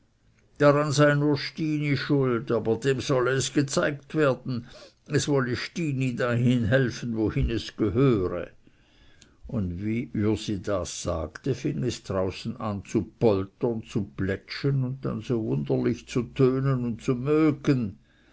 daran sei nur stini schuld aber dem solle es gezeigt werden es wolle stini dahin helfen wohin es gehöre und wie ürsi das sagte fing es draußen an zu poltern zu plätschern und dann so wunderlich zu tönen und zu möggen